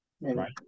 Right